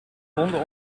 honden